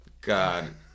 God